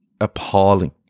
appalling